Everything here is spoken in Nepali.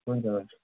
हुन्छ हुन्छ